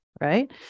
right